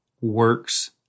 works